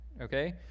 okay